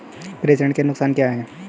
प्रेषण के नुकसान क्या हैं?